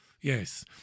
Yes